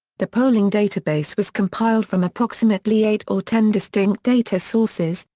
the polling database was compiled from approximately eight or ten distinct data sources,